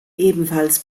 ebenfalls